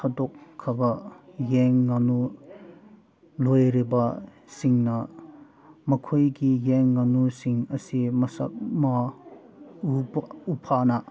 ꯊꯥꯗꯣꯛꯈ꯭ꯔꯕ ꯌꯦꯟ ꯉꯥꯅꯨ ꯂꯣꯏꯔꯤꯕꯁꯤꯡꯅ ꯃꯈꯣꯏꯒꯤ ꯌꯦꯟ ꯉꯥꯅꯨꯁꯤꯡ ꯑꯁꯤ ꯃꯁꯥ ꯃꯎ ꯐꯅ